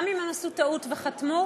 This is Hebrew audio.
גם אם הם עשו טעות וחתמו,